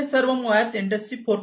तर हे सर्व मुळात इंडस्ट्री 4